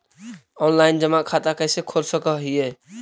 Online जमा खाता कैसे खोल सक हिय?